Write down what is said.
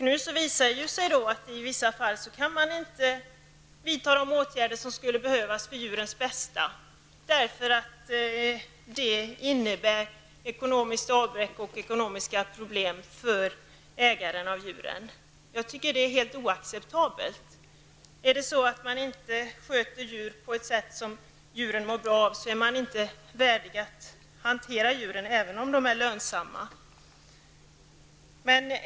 Nu visar det sig att man i vissa fall inte kan vidta de åtgärder som skulle behövas för djurens bästa, eftersom det skulle innebära ekonomiskt avbräck och ekonomiska problem för ägarna av djuren. Jag tycker att det är helt oacceptabelt. Om man inte sköter djur på ett sätt som djuren mår bra av är man inte värdig att hantera djuren även om de är lönsamma.